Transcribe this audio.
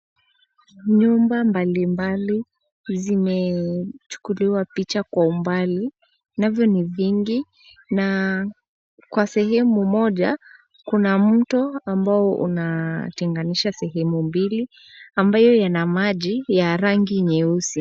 Nyumba mbalimbali zimechukuliwa picha kwa umbali navyo ni vingi na kwa sehemu moja kuna mto ambao unateganisha sehemu mbili ambayo yana maji ya rangi nyeusi.